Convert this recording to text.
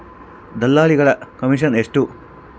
ದಲ್ಲಾಳಿಗಳ ಕಮಿಷನ್ ಎಷ್ಟು?